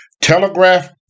telegraph